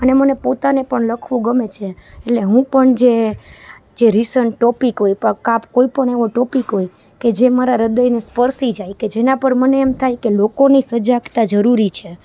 અને મને પોતાને પણ લખવું ગમે છે એટલે હું પણ જે જે રિસન્ટ ટોપિક હોય કોઈ પણ એવો ટોપિક હોય કે જે મારા હ્રદયને સ્પર્શી જાય કે જેના પર મને એમ થાય કે લોકોને સજાગતા જરૂરી છે